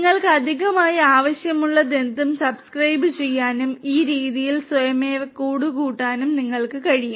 നിങ്ങൾക്ക് അധികമായി ആവശ്യമുള്ളതെന്തും സബ്സ്ക്രൈബുചെയ്യാനും ഈ രീതിയിൽ സ്വയമേവ കൂടുകൂട്ടാനും നിങ്ങൾക്ക് കഴിയും